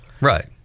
Right